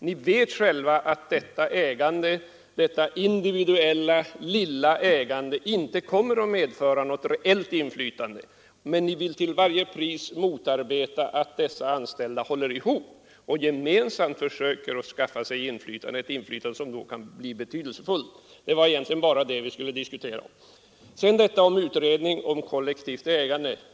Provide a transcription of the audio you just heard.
Ni vet själva att detta individuella lilla ägande inte kommer att medföra något rejält inflytande, men ni vill till varje pris motarbeta att dessa anställda håller ihop och gemensamt försöker att skaffa sig inflytande — ett inflytande som då kan bli betydelsefullt. Det var egentligen bara det vi skulle diskutera. Sedan detta om utredning om kollektivt ägande.